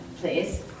please